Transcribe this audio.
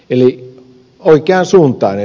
eli oikeaan suuntaan ed